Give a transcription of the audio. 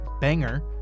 banger